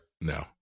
no